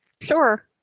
Sure